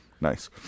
nice